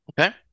Okay